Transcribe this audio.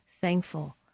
thankful